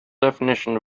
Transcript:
definition